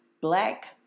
Black